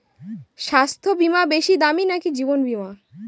স্বাস্থ্য বীমা বেশী দামী নাকি জীবন বীমা?